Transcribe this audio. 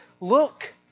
look